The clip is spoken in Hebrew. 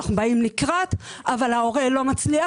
אנחנו באים לקראת אבל ההורה לא מצליח